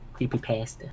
Creepypasta